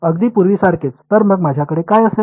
अगदी पूर्वीसारखेच तर मग माझ्याकडे काय असेल